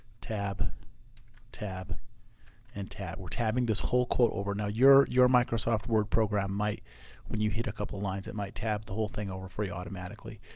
tab tab and tab, we're tabbing this whole quote over. now your your microsoft word program might when you hit a couple lines it might tab the whole thing over for you automatically.